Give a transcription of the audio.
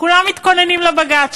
כולם מתכוננים לבג"ץ.